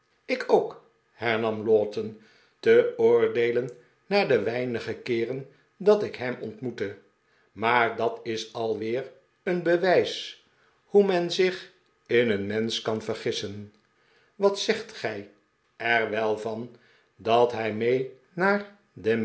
ik ook hernam lowten te oordeelen naar de weinige keeren dat ik hem ontmoette maar dat is alweer een bewijs hoe men zich in een mensch kan vergissen ww goede voornemens van jingle en trotter wat zegt gij er wel van dat hij mee naar